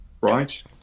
right